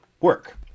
work